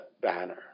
banner